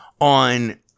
on